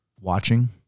watching